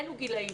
איזה גילים.